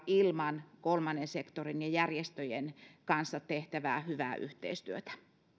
ilman kolmannen sektorin ja järjestöjen kanssa tehtävää hyvää yhteistyötä